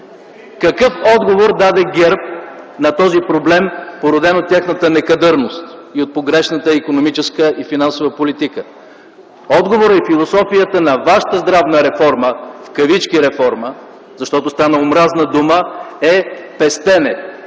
Какъв отговор даде ГЕРБ на този проблем, породен от тяхната некадърност, от погрешната икономическа и финансова политика. (Шум и реплики.) Отговорът и философията на вашата здравна реформа, в кавички реформа, защото стана омразна дума, е пестене